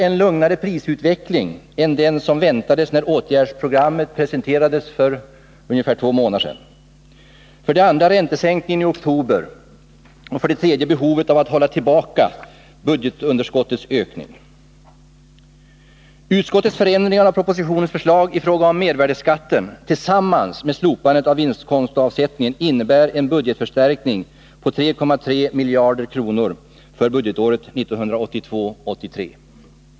Enlugnare prisutveckling än den som väntades när åtgärdsprogrammet presenterades för ungefär två månader sedan. 3. Behovet av att hålla tillbaka budgetunderskottets ökning. Utskottens förändringar av propositionens förslag i fråga om mervärdeskatten tillsammans med slopandet av vinstkontoavsättningen innebär en budgetförstärkning på 3,3 miljarder kronor för budgetåret 1982/83.